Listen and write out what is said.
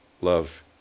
Love